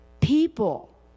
people